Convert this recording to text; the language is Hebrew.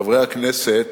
חברי הכנסת,